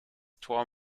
tor